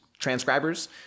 transcribers